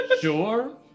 Sure